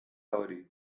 hori